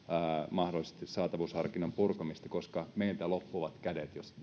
mahdollisesti saatavuusharkinnan purkamista koska meiltä loppuvat kädet jos